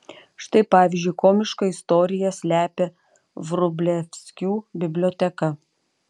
štai pavyzdžiui komišką istoriją slepia vrublevskių biblioteka